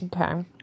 Okay